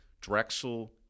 Drexel